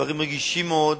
דברים רגישים מאוד